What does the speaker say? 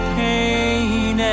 pain